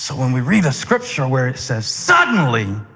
so when we read a scripture where it says, suddenly,